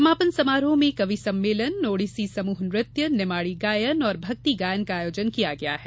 समापन समारोह में कवि सम्मेलन ओड़िसी समूह नृत्य निमाड़ी गायन और भक्ति गायन का आयोजन किया गया है